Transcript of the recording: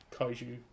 kaiju